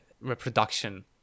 reproduction